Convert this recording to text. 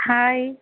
hi